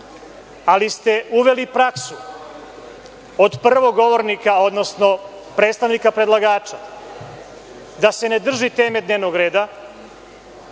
ali ste uveli praksu od prvog govornika, odnosno predstavnika predlagača da se ne drži teme dnevnog reda